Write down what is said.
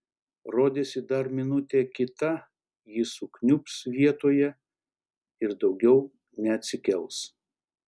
rodėsi dar minutė kita ji sukniubs vietoje ir daugiau neatsikels